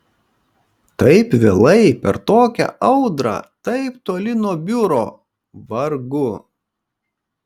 taip vėlai per tokią audrą taip toli nuo biuro vargu